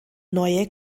neue